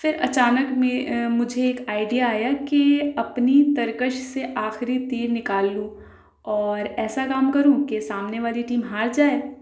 پھر اچانک میں مجھے ایک آئیڈیا آیا کہ اپنی ترکش سے آخری تیر نکال لوں اور ایسا کام کروں کہ سامنے والی ٹیم ہار جائے